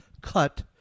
cut